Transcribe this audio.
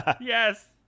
Yes